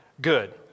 good